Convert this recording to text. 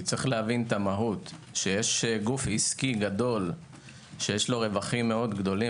יש להבין את המהות כשש גוף עסקי גדול שיש לו רווחים מאוד גדולים